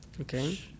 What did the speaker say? Okay